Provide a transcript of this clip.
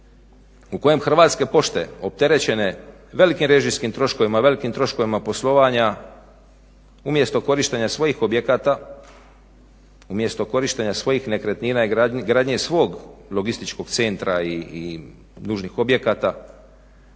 u kojem Hrvatske pošte opterećene velikim režijskim troškovima, velikim troškovima poslovanja umjesto korištenja svojih objekata umjesto korištenja svojih nekretnina i gradnje svog logističkog centra i dužnih objekata